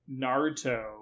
Naruto